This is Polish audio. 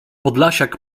podlasiak